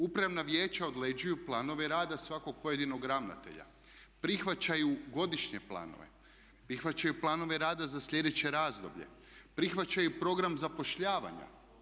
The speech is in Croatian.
Upravna vijeća određuju planove rada svakog pojedinog ravnatelja, prihvaćaju godišnje planove, prihvaćaju planove rada za sljedeće razdoblje, prihvaćaju i program zapošljavanja.